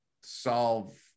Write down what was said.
solve